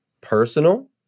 personal